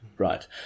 Right